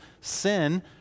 sin